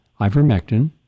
ivermectin